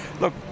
Look